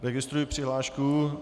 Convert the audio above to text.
Registruji přihlášku...